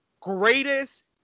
greatest